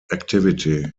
activity